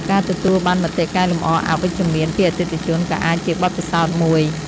ការទទួលបានមតិកែលម្អអវិជ្ជមានពីអតិថិជនក៏អាចជាបទពិសោធន៍មួយ។